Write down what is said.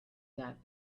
that